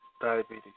Diabetes